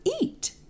eat